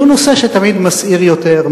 שהוא נושא שתמיד מסעיר יותר,